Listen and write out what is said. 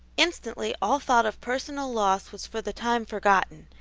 instantly all thought of personal loss was for the time forgotten,